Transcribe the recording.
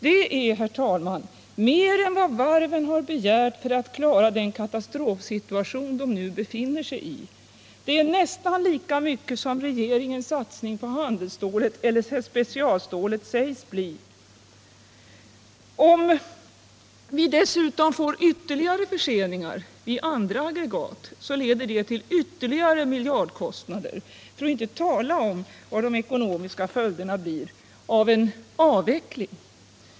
Det är, herr talman, mer än vad varven har begärt för att klara den katastrofsituation som de nu befinner sig i. Det är nästan lika mycket som regringens satsning på handelsstålet eller specialstålet sägs bli. Om vi dessutom får ytterligare förseningar av andra aggregat leder det till ytterligare miljardkostnader — för att inte tala om vad de ekonomiska följderna blir av en avveckling.